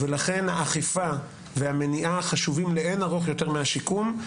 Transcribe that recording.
לכן האכיפה והמניעה חשובים לאין ערוך יותר מהשיקום.